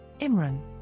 Imran